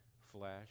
flesh